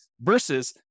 versus